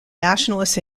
nationalists